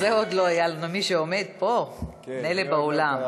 זה עוד לא היה לנו, ומי שעומד פה, מילא באולם.